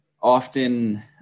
often